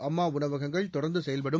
அம்மா உணவகங்கள் தொடர்ந்து செயல்படும்